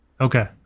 okay